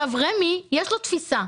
יש תפיסה.